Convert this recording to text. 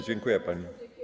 Dziękuję pani.